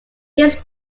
his